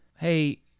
hey